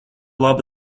laba